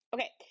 Okay